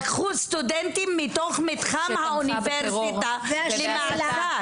לקחו סטודנטים מתוך מתחם האוניברסיטה למעצר.